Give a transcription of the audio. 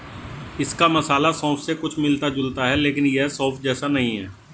इसका मसाला सौंफ से कुछ मिलता जुलता है लेकिन यह सौंफ जैसा नहीं है